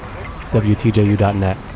WTJU.net